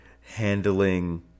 handling